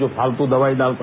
जो फालतू दवाई डालता था